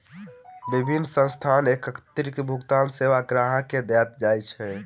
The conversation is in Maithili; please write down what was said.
विभिन्न संस्थान एकीकृत भुगतान सेवा ग्राहक के दैत अछि